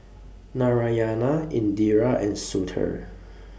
Narayana Indira and Sudhir